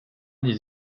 les